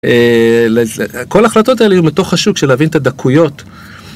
כל ההחלטות האלה היו מתוך השוק של להבין את הדקויות.